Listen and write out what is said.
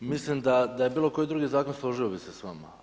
Mislim da je bilo koji drugi zakon, složio bih se s vama.